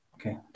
Okay